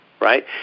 right